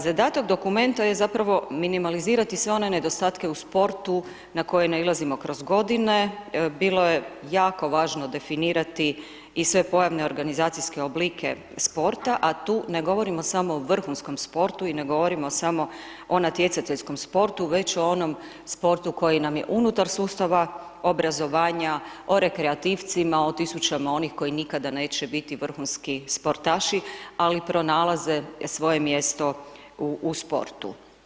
Zadatak dokumenta je zapravo minimalizirati sve one nedostatke u sportu na koje nailazimo kroz godine, bilo je jako važno definirati i sve pojavne organizacijske oblike sporta, a tu ne govorimo samo o vrhunskom sportu i ne govorimo samo o natjecateljskom sportu, već o onom sportu koji nam je unutar sustava obrazovanja, o rekreativcima, o tisućama onih koji nikada neće biti vrhunski sportaši, ali pronalaze svoje mjesto u sportu.